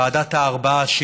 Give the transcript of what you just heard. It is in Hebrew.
ועדת הארבעה,